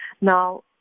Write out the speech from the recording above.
Now